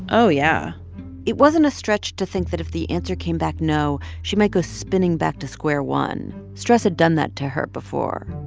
oh, yeah it wasn't a stretch to think that if the answer came back no, she might go spinning back to square one. stress had done that to her before.